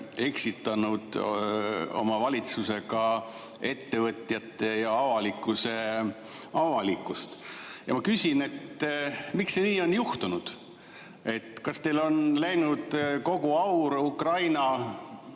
eksitanud oma valitsusega ettevõtjaid ja avalikkust. Ja ma küsin, miks see nii on juhtunud. Kas teil on läinud kogu aur Ukraina